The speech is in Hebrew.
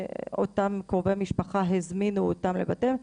אותם קרובי משפחה הזמינו אותם לבתיהם.